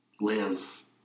live